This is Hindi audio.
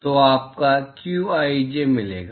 तो आपको qij मिलेगा